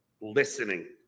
listening